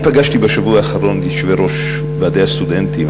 אני פגשתי בשבוע האחרון את יושבי-ראש ועדי הסטודנטים,